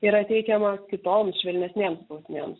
yra teikiama kitoms švelnesnėms bausmėms